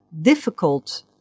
difficult